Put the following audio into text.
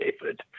David